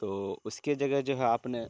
تو اس کے جگہ جو ہے آپ نے